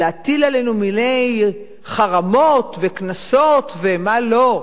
להטיל עלינו מיני חרמות וקנסות ומה לא,